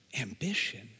Ambition